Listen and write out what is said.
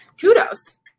kudos